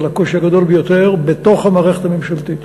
את הקושי הגדול ביותר בתוך המערכת הממשלתית.